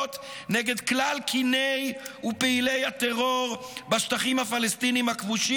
נגד כלל קיני ופעילי הטרור בשטחים הפלסטינים הכבושים.